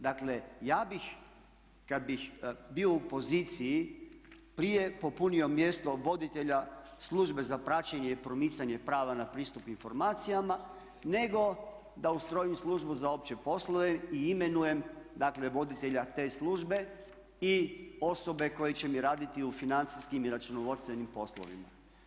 Dakle ja bih kada bih bio u poziciji prije popunio mjesto voditelja službe za praćenje i promicanje prava na pristup informacijama nego da ustrojim službu za opće poslove i imenujem dakle voditelja te službe i osobe koje će mi raditi u financijskim i računovodstvenim poslovima.